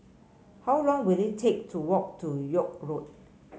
how long will it take to walk to York Road